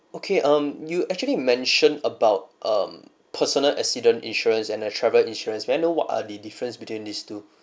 okay um you actually mentioned about um personal accident insurance and a travel insurance may I know what are the difference between these two